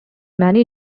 many